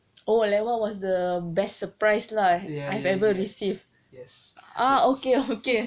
oh like what was the best surprise lah I've ever received yes ah okay okay